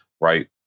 Right